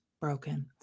broken